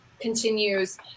continues